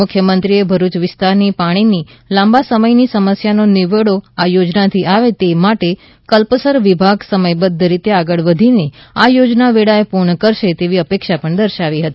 મુખ્યમંત્રીએ ભરૂચ વિસ્તારની પાણીની લાંબા સમયની સમસ્યાનો નિવેડો આ યોજનાથી આવે તે માટે કલ્પસર વિભાગ સમયબદ્ધ રીતે આગળ વધીને આ યોજના વેળાએ પૂર્ણ કરશે તેવી અપેક્ષા દર્શાવી હતી